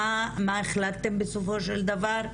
מה החלטתם בסופו של דבר?